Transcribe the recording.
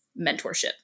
mentorship